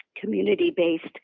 community-based